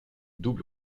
double